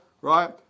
Right